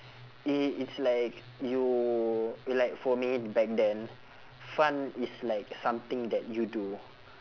it it's like you will like for me back then fun is like something that you do